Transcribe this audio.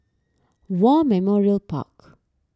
War Memorial Park